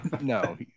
No